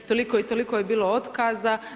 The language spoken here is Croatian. Toliko i toliko je bilo otkaza.